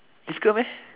it's girl meh